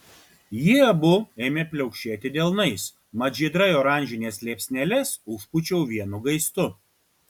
jie abu ėmė pliaukšėti delnais mat žydrai oranžines liepsneles užpūčiau vienu gaistu